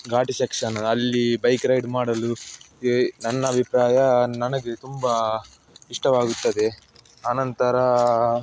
ಘಾಟಿ section ಅಲ್ಲಿ bike ride ಮಾಡಲು ನನ್ನ ಅಭಿಪ್ರಾಯ ನನಗೆ ತುಂಬ ಇಷ್ಟವಾಗುತ್ತದೆ ಆ ನಂತರ